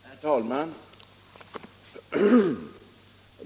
Herr talman!